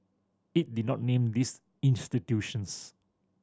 it did not name these institutions